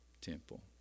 temple